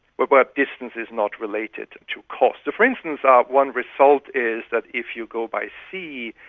where but distance is not related to cost. for instance, um one result is that if you go by sea,